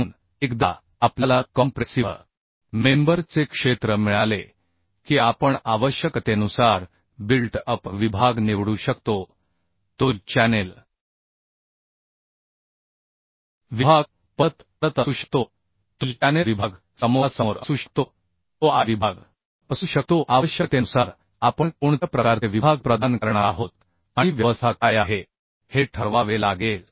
म्हणून एकदा आपल्याला कॉम्प्रेसिव्ह मेंबर चे क्षेत्र मिळाले की आपण आवश्यकतेनुसार बिल्ट अप विभाग निवडू शकतो तो चॅनेलविभाग परत परत असू शकतो तो चॅनेल विभाग समोरासमोर असू शकतो तो I विभाग असू शकतो आवश्यकतेनुसार आपण कोणत्या प्रकारचे विभाग प्रदान करणार आहोत आणि व्यवस्था काय आहे हे ठरवावे लागेल